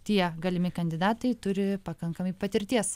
tie galimi kandidatai turi pakankamai patirties